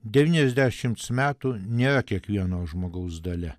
devyniasdešimts metų nėra kiekvieno žmogaus dalia